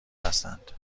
هستند